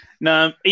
No